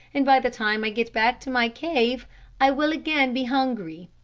and by the time i get back to my cave i will again be hungry.